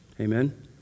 Amen